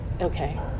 Okay